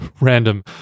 random